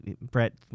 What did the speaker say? Brett